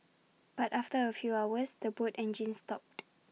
but after A few hours the boat engines stopped